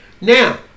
Now